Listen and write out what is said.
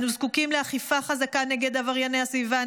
אנו זקוקים לאכיפה חזקה נגד עברייני הסביבה,